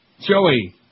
Joey